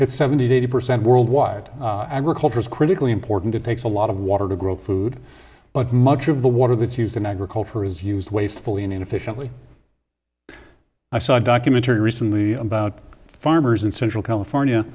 it's seventy to eighty percent worldwide agriculture is critically important it takes a lot of water to grow food but much of the water that's used in agriculture is used wastefully and efficiently i saw a documentary recently about farmers in central california